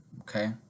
Okay